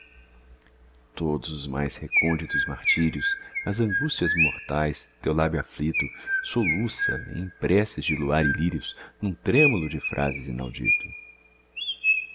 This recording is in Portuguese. todos os mais recônditos martírios as angústias mortais teu lábio aflito soluça em preces de luar e lírios num trêmulo de frases inaudito